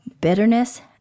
bitterness